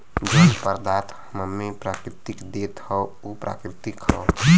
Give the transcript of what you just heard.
जौन पदार्थ हम्मे प्रकृति देत हौ उ प्राकृतिक हौ